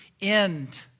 end